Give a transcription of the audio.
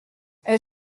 est